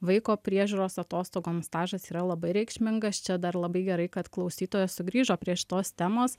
vaiko priežiūros atostogoms stažas yra labai reikšmingas čia dar labai gerai kad klausytoja sugrįžo prie šitos temos